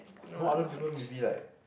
no other people maybe like